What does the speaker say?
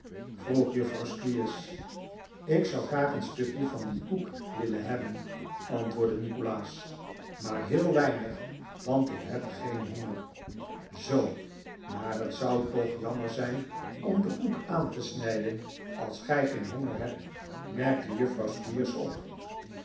juffrouw squeers ik zou graag een stukje van dieri koek willen hebben antwoordde nikolaas maar heel weinig want ik heb geen honger zoo maar het zou toch jammer zijn om den koek aan te snijden als gij geen honger hebt merkte juffrouw squeers op